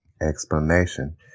explanation